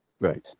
right